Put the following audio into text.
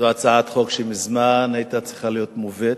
זו הצעת חוק שמזמן היתה צריכה להיות מובאת,